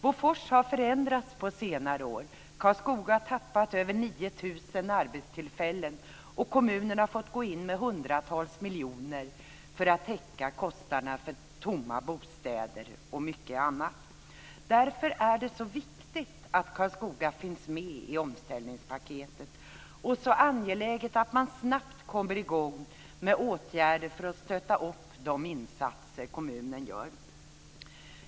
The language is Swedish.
Bofors har förändrats på senare år. Karlskoga har tappat över 9 000 arbetstillfällen, och kommunen har fått gå in med hundratals miljoner kronor för att täcka kostnaderna för tomma bostäder och mycket annat. Därför är det så viktigt att Karlskoga finns med i omställningspaketet och så angeläget att man snabbt kommer i gång med åtgärder för att stödja de insatser som kommunen gör.